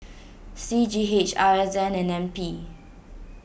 C G H R S N and N P